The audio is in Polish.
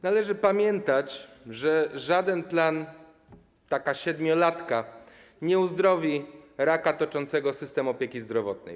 Należy pamiętać, że żaden plan - taka siedmiolatka - nie uzdrowi raka toczącego system opieki zdrowotnej.